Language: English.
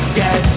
get